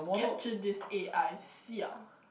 capture this a_i siao